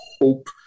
hope